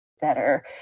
better